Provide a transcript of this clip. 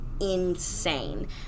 insane